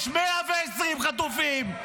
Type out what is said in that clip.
יש 120 חטופים,